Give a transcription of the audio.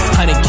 Honey